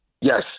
Yes